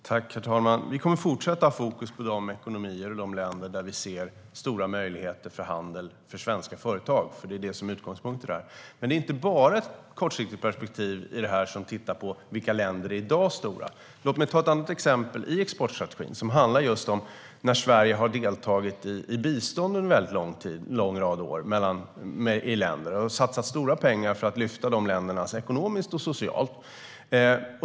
Herr talman! Vi kommer att fortsätta att ha fokus på de ekonomier och de länder där vi ser stora möjligheter för handel för svenska företag. Det är utgångspunkt i detta. Men det är inte bara ett kortsiktigt perspektiv där vi tittar på vilka länder som i dag är stora. Låt mig ta ett annat exempel i exportstrategin. Det handlar om när Sverige har deltagit i bistånd under en lång rad år i länder och satsat stora pengar för att lyfta de länderna ekonomiskt och socialt.